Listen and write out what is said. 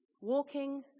Walking